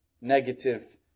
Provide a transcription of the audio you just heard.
negative